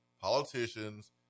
politicians